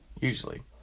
Usually